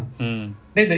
mm